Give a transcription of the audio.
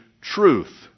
truth